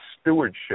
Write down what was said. stewardship